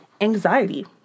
anxiety